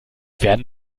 werden